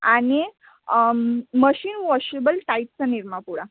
आणि machine washable टाईपचा निरमा पुडा